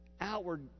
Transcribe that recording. outward